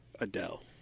Adele